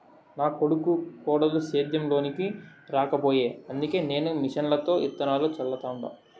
నా కొడుకు కోడలు సేద్యం లోనికి రాకపాయె అందుకే నేను మిషన్లతో ఇత్తనాలు చల్లతండ